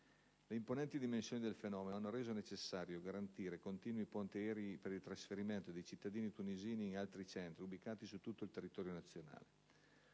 Le imponenti dimensioni del fenomeno hanno reso necessario garantire continui ponti aerei per il trasferimento dei cittadini tunisini in altri centri ubicati su tutto il territorio nazionale.